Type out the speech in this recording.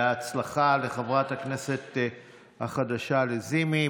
בהצלחה לחברת הכנסת החדשה לזימי.